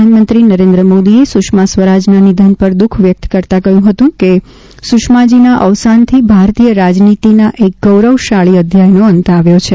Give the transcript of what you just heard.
પ્રધાનમંત્રી નરેન્દ્ર મોદીએ સુષ્મા સ્વરાજના નિધન પર દુઃખ વ્યકત કરતાં કહયું કે સુષ્માજીના અવસાનથી ભારતીય રાજનીતીના એક ગૌરવશાળી અધ્યાયનો અંત આવ્યો છે